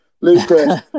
Lucas